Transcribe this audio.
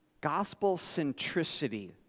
Gospel-centricity